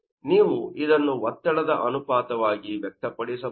ನೀವು ಇದನ್ನು ಒತ್ತಡದ ಅನುಪಾತವಾಗಿ ವ್ಯಕ್ತಪಡಿಸಬಹುದು